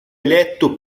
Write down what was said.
eletto